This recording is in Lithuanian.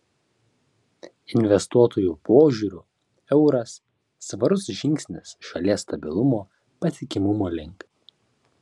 investuotojų požiūriu euras svarus žingsnis šalies stabilumo patikimumo link